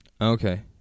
Okay